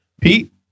Pete